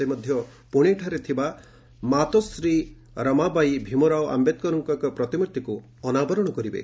ସେ ମଧ୍ୟ ପୁନେଠାରେ ମାତୋଶ୍ରୀ ରମାବାଇ ଭୀମରାଓ ଆମ୍ଭେଦକରଙ୍କ ଏକ ପ୍ରତିମୂର୍ତ୍ତି ଅନାବରଣ କରିବେ